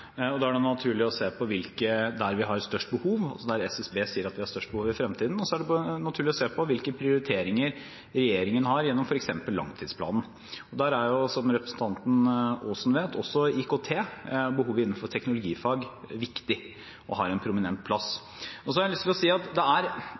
og da er det naturlig å se på hvor vi har størst behov, altså der SSB sier at vi har størst behov i fremtiden. Og det er naturlig å se på hvilke prioriteringer regjeringen har gjennom f.eks. langtidsplanen, og der er – som representanten Aasen vet – også IKT og behovet innenfor teknologifag viktig og har en prominent plass. Så har jeg lyst til å si at det er